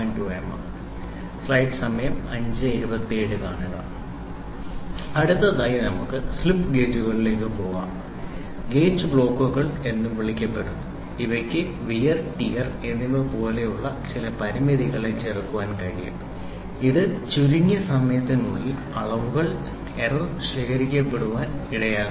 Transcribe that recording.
2 mm അടുത്തതായി നമുക്ക് slip ഗേജുകളിലേക്ക് പോകാം ഗേജ് ബ്ലോക്കുകൾ എന്നും വിളിക്കപ്പെടുന്നു ഇവയ്ക്ക് വിയർ ടിയർ wear tear എന്നിവ പോലുള്ള ചില പരിമിതികളെ ചെറുക്കാൻ കഴിയും ഇത് ചുരുങ്ങിയ സമയത്തിനുള്ളിൽ അളവുകളിൽ എറർ ശേഖരിക്കപ്പെടാൻ ഇടയാക്കും